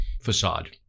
facade